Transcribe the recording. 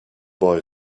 boy